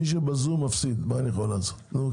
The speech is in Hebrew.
תודה